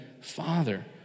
Father